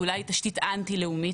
הוא אולי תשתית אנטי-לאומית.